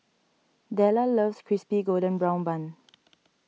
Della loves Crispy Golden Brown Bun